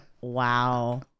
wow